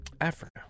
Africa